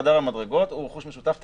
חדר המדרגות הוא רכוש משותף תמיד,